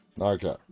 Okay